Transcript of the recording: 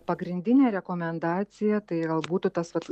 pagrindinė rekomendacija tai gal būtų tas vat